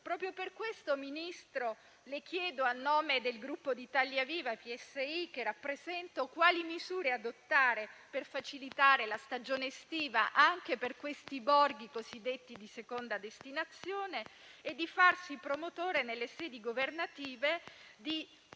Proprio per questo, Ministro, le chiedo, al nome del Gruppo Italia Viva-PSI che rappresento, quali misure intenda adottare per facilitare la stagione estiva, anche per i borghi cosiddetti di seconda destinazione, e di farsi promotore nelle sedi governative di